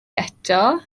eto